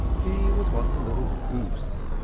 g was once a little goose,